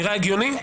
נראה הגיוני?